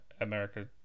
America